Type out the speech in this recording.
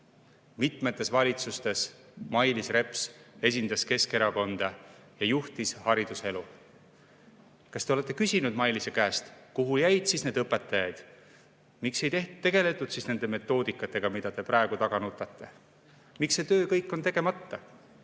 Mitmes valitsuses esindas Mailis Reps Keskerakonda ja juhtis hariduselu. Kas te olete küsinud Mailise käest, kuhu siis jäid need õpetajad? Miks ei tegeldud nende metoodikatega, mida te praegu taga nutate? Miks see töö on tegemata?